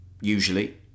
usually